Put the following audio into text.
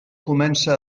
comença